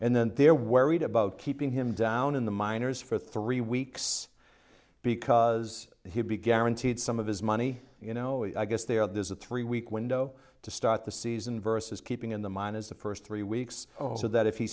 and then they're worried about keeping him down in the minors for three weeks because he'll be guaranteed some of his money you know i guess they are there's a three week window to start the season versus keeping in the mine is the first three weeks so that if he